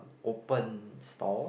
open stall